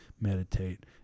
meditate